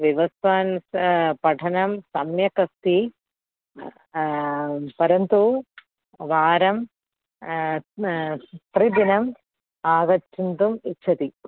विवस्वान् सः पठनं सम्यक् अस्ति परन्तु वारं त्रिदिनम् आगन्तुम् इच्छति